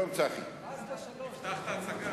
"מאזדה 3" שלום, צחי.